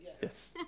Yes